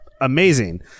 amazing